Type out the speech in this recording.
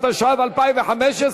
התשע"ה 2015,